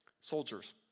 soldiers